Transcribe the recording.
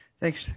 Thanks